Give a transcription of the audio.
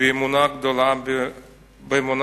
"באמונה גדולה בוערת,